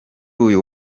uyu